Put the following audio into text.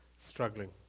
struggling